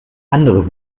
anderes